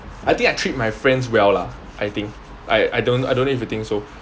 I think I treat my friends well lah I think I I don't I don't know if you think so